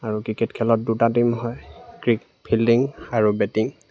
আৰু ক্ৰিকেট খেলত দুটা টীম হয় ফিল্ডিং আৰু বেটিং